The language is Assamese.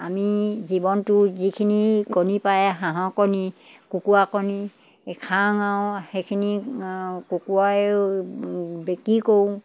আমি জীৱনটো যিখিনি কণী পাৰে হাঁহৰ কণী কুকুুৰা কণী খাওঁ আৰু সেইখিনি কুকুৰাও বিক্ৰী কৰোঁ